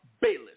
Bayless